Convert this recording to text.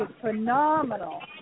phenomenal